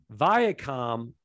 Viacom